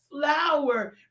flower